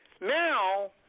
Now